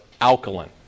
alkaline